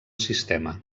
sistema